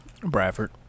Bradford